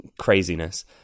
craziness